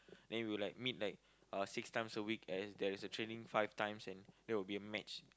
then we will like meet like uh six times a week as there is a training five times and that will be the max